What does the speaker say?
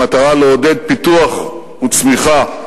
במטרה לעודד פיתוח וצמיחה